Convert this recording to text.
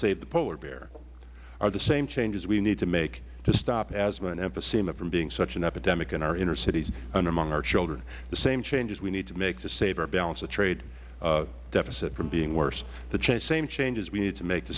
save the polar bear are the same changes we need to make to stop asthma and emphysema from being such an epidemic in our inner cities and among our children the same changes we need to make to save our balance and trade deficit from being worse the same changes we need to make to